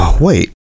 Wait